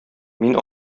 мин